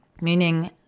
meaning